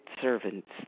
servants